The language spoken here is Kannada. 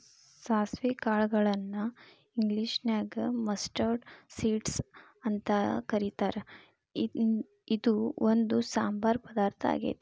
ಸಾಸವಿ ಕಾಳನ್ನ ಇಂಗ್ಲೇಷನ್ಯಾಗ ಮಸ್ಟರ್ಡ್ ಸೇಡ್ಸ್ ಅಂತ ಕರೇತಾರ, ಇದು ಒಂದ್ ಸಾಂಬಾರ್ ಪದಾರ್ಥ ಆಗೇತಿ